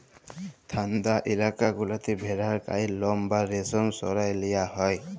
ঠাল্ডা ইলাকা গুলাতে ভেড়ার গায়ের লম বা রেশম সরাঁয় লিয়া হ্যয়